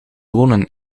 wonen